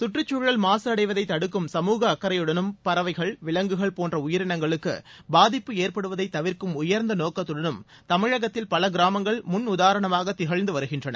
கற்றுச்சூழல் மாசு அடைவதை தடுக்கும் சமூக அக்கறையுடனும் பறவைகள் விலங்குகள் போன்ற உயிரினங்களுக்கு பாதிப்பு ஏற்படுவதை தவிர்க்கும் உயர்ந்த நோக்கத்துடனும் தமிழகத்தில் பல கிராமங்கள் முன்னுதாரணமாக திகழ்ந்து வருகின்றன